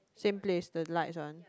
same place the lights one